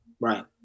right